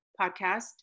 podcast